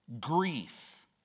grief